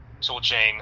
toolchain